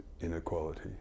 inequality